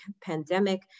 pandemic